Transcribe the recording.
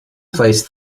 placed